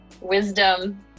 wisdom